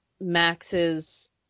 Max's